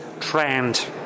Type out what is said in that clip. trend